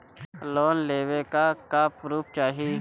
Loan लेवे ला का पुर्फ चाही?